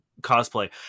cosplay